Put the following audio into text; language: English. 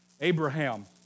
Abraham